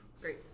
Great